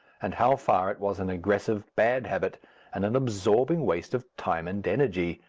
and how far it was an aggressive bad habit and an absorbing waste of time and energy.